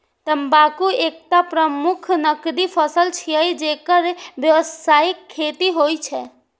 तंबाकू एकटा प्रमुख नकदी फसल छियै, जेकर व्यावसायिक खेती होइ छै